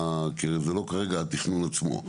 זה לא כרגע התכנון עצמו,